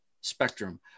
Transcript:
spectrum